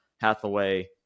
Hathaway